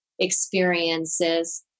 experiences